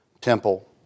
temple